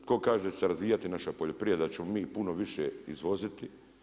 Tko kaže da će se razvijati naša poljoprivreda, da ćemo mi puno više izvoziti?